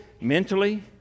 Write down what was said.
mentally